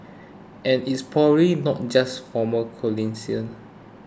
and it's probably not just former